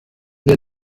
wir